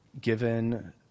given